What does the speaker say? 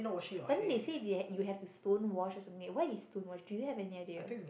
but then they say they have you have to stone wash or something what is stone wash do you have any idea